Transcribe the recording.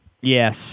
Yes